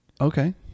Okay